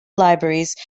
libraries